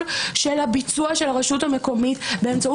תיכף